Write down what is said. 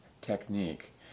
technique